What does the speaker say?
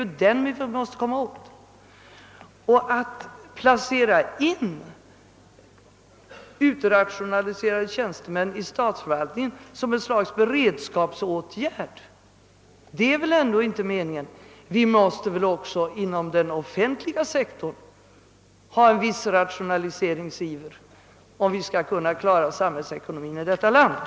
Att som ett slags beredskapsåtgärd placera in <utrationaliserade tjänstemän i statsförvaltningen är väl ändå inte meningen. Det måste också inom den offentliga sektorn finnas en viss rationaliseringsiver om samhällsekonomin skall kunna klaras.